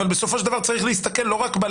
אבל סופו של דבר צריך להסתכל לא רק על